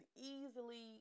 easily